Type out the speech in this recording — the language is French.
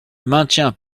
maintiens